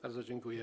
Bardzo dziękuję.